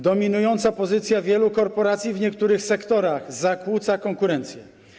Dominująca pozycja wielu korporacji w niektórych sektorach zakłóca konkurencję.